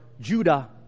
Judah